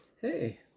Hey